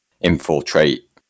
infiltrate